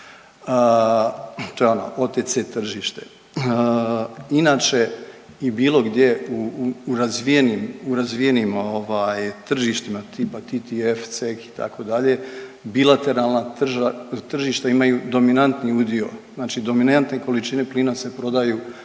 to je ono OTC tržište. Inače i bilo gdje u, u razvijenim, u razvijenim ovaj tržištima tipa TTF, CEH itd. bilateralna tržišta imaju dominanti udio, znači dominantne količine plina se prodaju